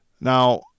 Now